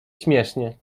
śmiesznie